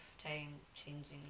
time-changing